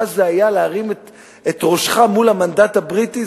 מה זה היה להרים את ראשך מול המנדט הבריטי.